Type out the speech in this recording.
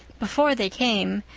before they came,